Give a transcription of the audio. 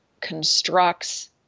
constructs